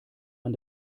man